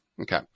Okay